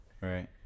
Right